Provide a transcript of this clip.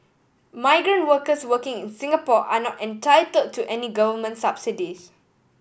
migrant workers working in Singapore are not entitle to any Government subsidies